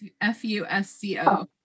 F-U-S-C-O